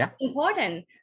important